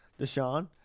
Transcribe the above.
Deshaun